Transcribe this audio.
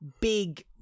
big